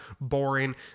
boring